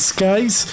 Skies